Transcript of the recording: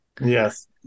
Yes